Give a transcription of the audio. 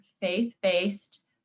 faith-based